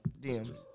DMs